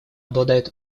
обладает